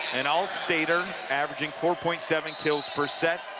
an all-stater, averaging four point seven kills per set.